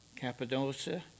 Cappadocia